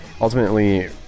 ultimately